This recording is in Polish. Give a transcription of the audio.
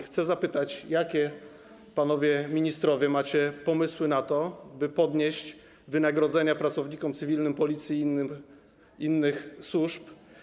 Chcę zapytać, jakie panowie ministrowie macie pomysły na to, by podnieść wynagrodzenia pracownikom cywilnym Policji i innych służb.